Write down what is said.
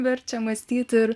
verčia mąstyt ir